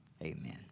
Amen